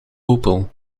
opel